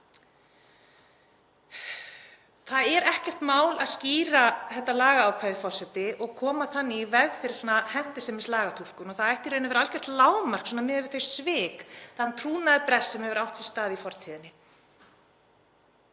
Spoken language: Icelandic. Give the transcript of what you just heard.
Það er ekkert mál að skýra þetta lagaákvæði, forseti, og koma þannig í veg fyrir svona hentisemislagatúlkun. Það ætti í raun að vera algjört lágmark miðað við þau svik, þann trúnaðarbrest sem hefur átt sér stað í fortíðinni.